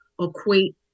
equate